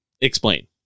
Explain